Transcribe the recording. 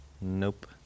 Nope